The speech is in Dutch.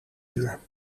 uur